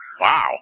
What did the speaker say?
Wow